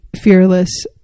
Fearless